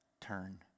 Turn